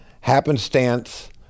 happenstance